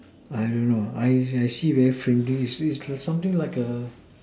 I don't know I I see very faint something like the